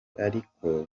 ariko